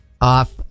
off